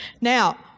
Now